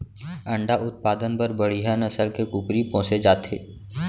अंडा उत्पादन बर बड़िहा नसल के कुकरी पोसे जाथे